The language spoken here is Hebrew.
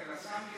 מיכאל, השר מיכאל.